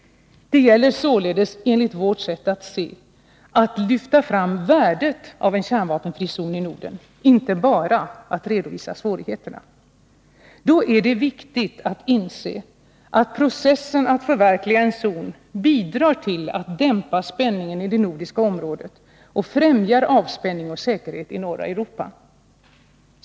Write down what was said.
Det gäller således, enligt vårt sätt att se, att lyfta fram värdet av en kärnvapenfri zon i Norden och inte bara att redovisa svårigheterna. Då är det viktigt att inse att processen att förverkliga en zon bidrar till att dämpa spänningen i det nordiska området och främjar avspänning och säkerhet i norra Europa.